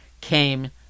came